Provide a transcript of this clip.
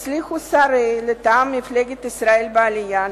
הצליחו שרים מטעם מפלגת ישראל בעלייה,